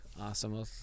Awesome